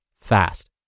fast